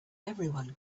everyone